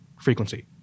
frequency